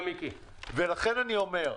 לכן אני אומר,